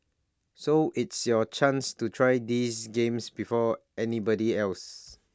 so it's your chance to try these games before anybody else